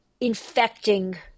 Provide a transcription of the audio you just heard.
infecting